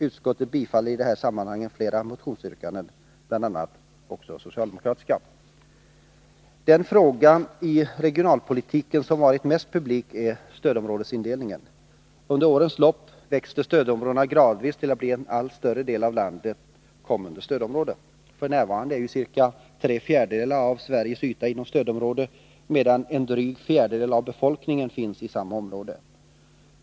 Utskottet bifaller i det här sammanhanget fler motionsyrkanden, bl.a. socialdemokratiska. Den fråga i regionalpolitiken som varit av störst allmänintresse är stödområdesindelningen. Under årens lopp växte stödområdena gradvis till, så att en allt större del av landet blev stödområde. F.n. finns ca tre fjärdedelar av ytan inom stödområdet medan en dryg fjärdedel av befolkningen finns i samma område.